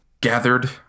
gathered